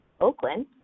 Oakland